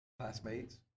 classmates